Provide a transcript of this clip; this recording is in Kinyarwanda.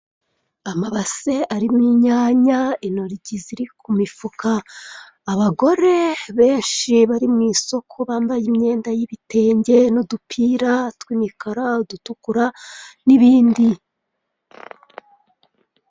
Amabase arimo inyanya, intoryi ziri ku mifuka. Abagore benshi bari mu isoko bambaye imyenda y'ibitenge n'udupira tw'imikara, udutukura n'ibindi.